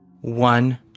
one